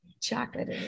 Chocolate